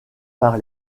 par